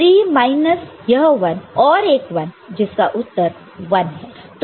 3 minus यह 1 और एक 1 जिसका उत्तर 1 है